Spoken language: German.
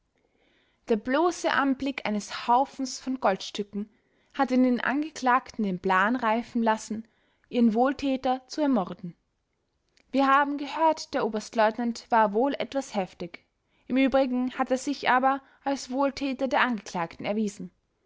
der bloße anblick eines haufens von goldstücken hat in den angeklagten den plan reifen lassen ihren wohltäter zu ermorden wir haben gehört der oberstleutnant war wohl etwas heftig im übrigen hat er sich aber als wohltäter der angeklagten erwiesen